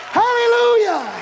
hallelujah